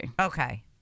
okay